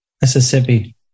Mississippi